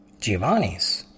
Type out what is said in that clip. Giovanni's